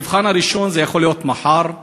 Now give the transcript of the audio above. המבחן הראשון יכול להיות מחר.